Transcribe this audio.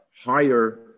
higher